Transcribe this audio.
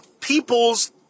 people's